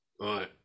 Right